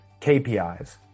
KPIs